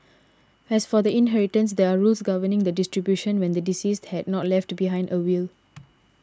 as for the inheritance there are rules governing the distribution when the deceased had not left behind a will